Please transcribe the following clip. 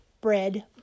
bread